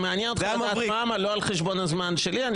אם מעניין אותך לדעת למה לא על חשבון הזמן שלי.